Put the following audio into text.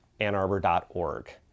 AnnArbor.org